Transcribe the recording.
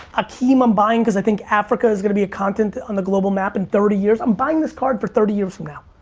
a-keem um m-bine cause i think africa is gonna be a continent on the global map in thirty years. i'm buying this card for thirty years from now,